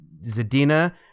Zadina